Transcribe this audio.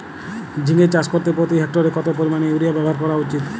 ঝিঙে চাষ করতে প্রতি হেক্টরে কত পরিমান ইউরিয়া ব্যবহার করা উচিৎ?